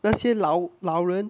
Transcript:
那些老老人